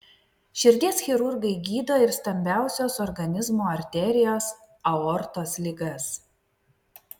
širdies chirurgai gydo ir stambiausios organizmo arterijos aortos ligas